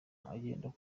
agendera